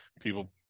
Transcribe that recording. people